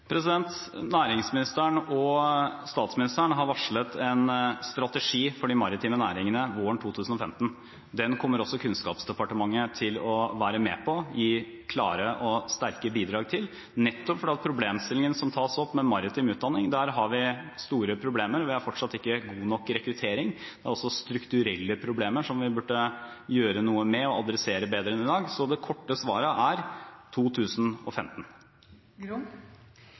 Næringsministeren og statsministeren har varslet en strategi for de maritime næringene våren 2015. Den kommer også Kunnskapsdepartementet til å være med på og gi klare og sterke bidrag til, nettopp fordi problemstillingen som tas opp, med maritim utdanning, dreier seg om et område der vi har store problemer. Vi har fortsatt ikke god nok rekruttering. Det er også strukturelle problemer som vi burde gjøre noe med og adressere bedre enn i dag. Så det korte svaret er: 2015.